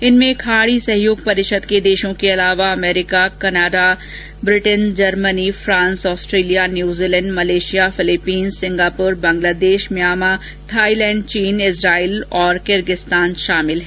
इनमें खाड़ी सहयोग परिषद के देशों के अलावा America Canada Britain Germany France Australia New Zealand Malaysia Philippines Singapore Bangladesh Myanmar Thailand चीन इस्राइल और किर्गिस्तान शामिल हैं